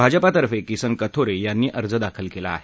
भाजपातर्फे किसन कथोरे यांनी अर्ज दाखल केला आहे